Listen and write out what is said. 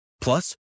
Plus